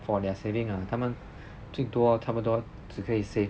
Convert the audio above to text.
for their saving ah 他们最多差不多只可以 save